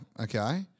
Okay